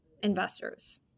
investors